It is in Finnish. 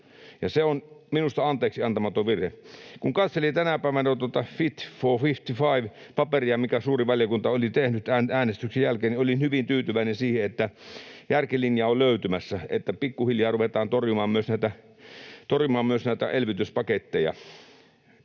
se on minusta anteeksiantamaton virhe. Kun katselin tänä päivänä tuota Fit for 55 ‑paperia, minkä suuri valiokunta oli tehnyt äänestyksen jälkeen, niin olin hyvin tyytyväinen siihen, että järkilinja on löytymässä, että pikkuhiljaa ruvetaan torjumaan myös näitä elvytyspaketteja.